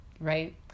right